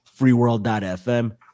freeworld.fm